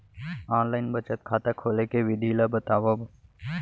Online बचत खाता खोले के विधि ला बतावव?